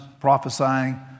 prophesying